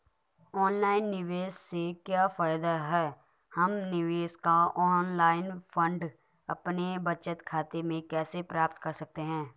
Online निवेश से क्या फायदा है हम निवेश का ऑनलाइन फंड अपने बचत खाते में कैसे प्राप्त कर सकते हैं?